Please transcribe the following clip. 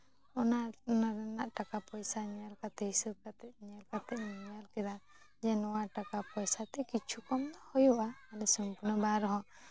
ᱚᱱᱟ ᱚᱱᱟ ᱨᱮᱱᱟᱜ ᱴᱟᱠᱟ ᱯᱚᱭᱥᱟ ᱧᱮᱞ ᱠᱟᱛᱮᱜ ᱦᱤᱥᱟᱹᱵ ᱠᱟᱛᱮᱜ ᱧᱮᱞ ᱠᱟᱛᱮᱜ ᱤᱧ ᱧᱮᱞ ᱠᱮᱫᱟ ᱡᱮ ᱱᱚᱣᱟ ᱴᱟᱠᱟ ᱯᱚᱭᱥᱟ ᱛᱮ ᱠᱤᱪᱷᱩ ᱠᱚᱢ ᱦᱩᱭᱩᱜᱼᱟ ᱢᱟᱱᱮ ᱥᱚᱢᱯᱩᱨᱱᱚ ᱵᱟᱝ ᱨᱮᱦᱚᱸ